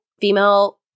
female